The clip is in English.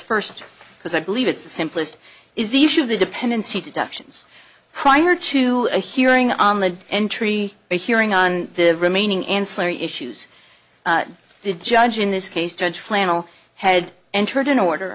first because i believe it's the simplest is the issue of the dependency deductions prior to a hearing on the entry a hearing on the remaining and slurry issues the judge in this case judge flannel had entered in order